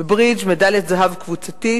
מדליית זהב קבוצתית,